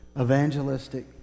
evangelistic